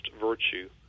virtue